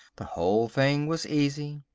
the whole thing was easy.